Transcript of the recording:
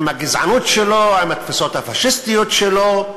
עם הגזענות שלו, עם התפיסות הפאשיסטיות שלו.